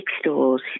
Stores